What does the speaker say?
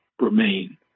remain